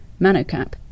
Manocap